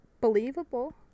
believable